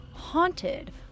haunted